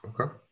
Okay